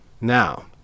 now